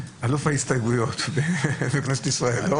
אלוף ההסתייגויות בכנסת ישראל.